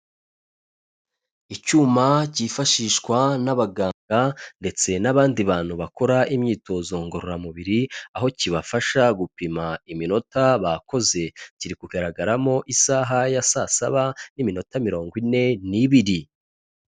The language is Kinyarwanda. Icyuma cyifashishwa n'abaganga ndetse n'abandi bantu bakora imyitozo ngororamubiri, aho kibafasha gupima iminota bakoze, kiri kugaragaramo isaha ya saa saba n'iminota mirongo ine n'ibiri.